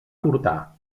furtar